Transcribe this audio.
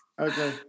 Okay